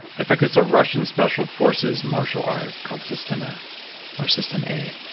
in fact, it's a russian special forces martial art called systema or system a.